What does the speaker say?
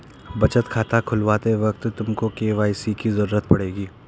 बचत खाता खुलवाते वक्त तुमको के.वाई.सी की ज़रूरत पड़ेगी